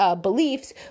beliefs